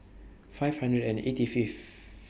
five hundred and eighty Fifth